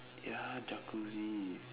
ya Jacuzzi